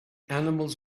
animals